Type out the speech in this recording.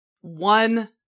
one